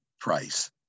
price